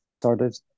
started